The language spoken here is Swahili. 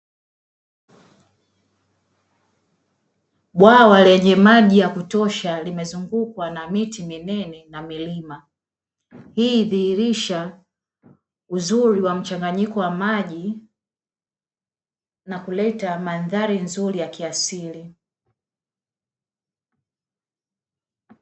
Bwawa lenye maji ya kutosha limezungukwa na miti minene na milima. Hii hudhihirisha uzuri wa mchanganyiko wa maji na kuleta mandhari nzuri ya kiasili.